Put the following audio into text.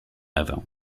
ewę